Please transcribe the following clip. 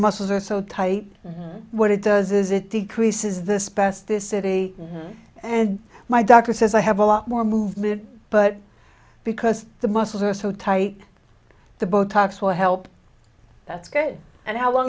muscles are so tight what it does is it decreases the specificity and my doctor says i have a lot more movement but because the muscles are so tight the botox will help that's good and how long